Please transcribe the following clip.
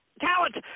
talent